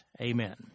Amen